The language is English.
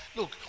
Look